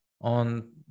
on